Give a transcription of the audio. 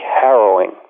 harrowing